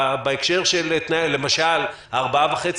למשל 4.5 מטר,